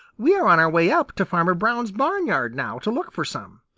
we are on our way up to farmer brown's barnyard now to look for some.